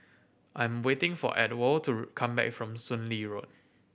I'm waiting for Ewald to come back from Soon Lee Road